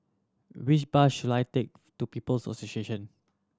which bus should I take to People Association